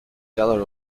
seller